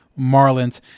Marlins